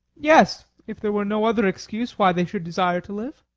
yes, if there were no other excuse why they should desire to live.